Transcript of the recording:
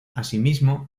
asimismo